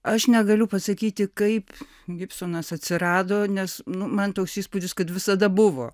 aš negaliu pasakyti kaip gibsonas atsirado nes nu man toks įspūdis kad visada buvo